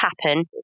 happen